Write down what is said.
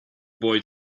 boy